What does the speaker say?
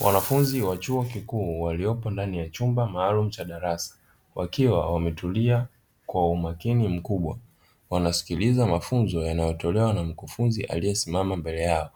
Wanafunzi wa chuo kikuu waliopo ndani ya chumba maalum cha darasa wakiwa wametulia kwa umakini mkubwa wanasikiliza mafunzo yanayotolewa na mkufunzi aliyesimama mbele yao